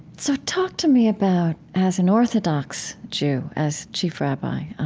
so talk to me about, as an orthodox jew, as chief rabbi